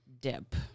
Dip